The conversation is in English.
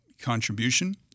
contribution